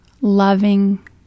loving